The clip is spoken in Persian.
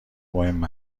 مهم